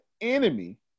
enemy